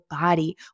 body